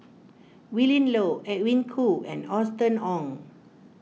Willin Low Edwin Koo and Austen Ong